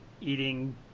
eating